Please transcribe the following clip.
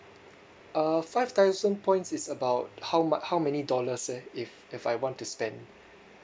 uh five thousand points is about how mu~ how many dollars eh if if I want to spend